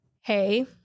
hey